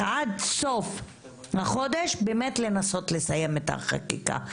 עד סוף החודש באמת לנסות לסיים את החקיקה,